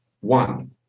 One